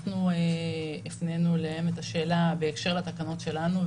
אנחנו הפנינו אליהם את השאלה בהקשר לתקנות שלנו,